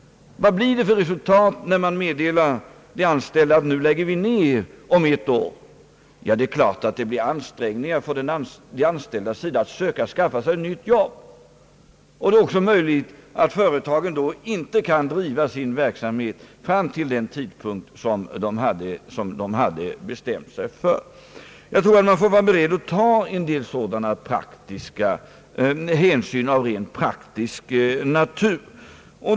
Vad blir resultatet när man meddelar de anställda att man tänker lägga ned företaget om ett år? Det är klart att de anställda då anstränger sig att skaffa sig nya jobb. Det kan leda till att företaget inte kan driva sin verksamhet fram till den tidpunkt som man hade bestämt sig för. Jag tror man får vara beredd att ta en del sådana hänsyn.